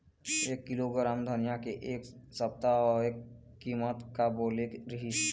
एक किलोग्राम धनिया के एक सप्ता औसत कीमत का बोले रीहिस?